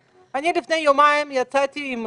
אני, לפני יומיים, יצאתי עם